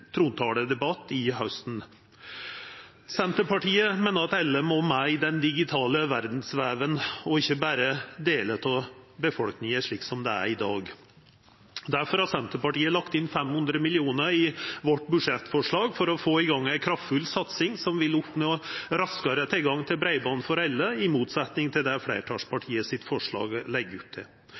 trontaledebatten i haust. Senterpartiet meiner at alle må med i den digitale verdsveven, og ikkje berre delar av befolkninga, slik det er i dag. Difor har Senterpartiet lagt 500 mill. kr i budsjettforslaget sitt til å få i gang ei kraftfull satsing der ein vil oppnå raskare tilgang til breiband for alle, i motsetjing til det forslaget frå fleirtalspartia legg opp til.